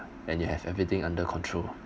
and you have everything under control